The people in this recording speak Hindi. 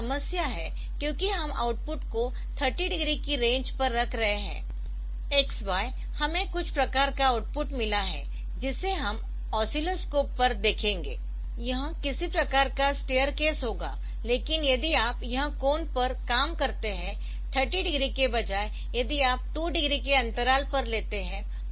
यहाँ समस्या है क्योंकि हम आउटपुट को 30 डिग्री की रेंज पर रख रहे है X Y हमें कुछ प्रकार का आउटपुट मिला है जिसे हम ओसिलोस्कोप पर देखेंगे यह किसी प्रकार का स्टेयर केस होगा लेकिन यदि आप यह कोण कम करते है 30 डिग्री के बजाय यदि आप 2 डिग्री के अंतराल पर लेते है